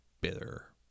bitter